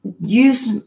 use